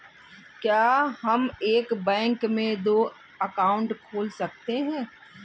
क्या हम एक बैंक में दो अकाउंट खोल सकते हैं?